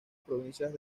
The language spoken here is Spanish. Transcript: provincias